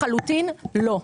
לחלוטין לא,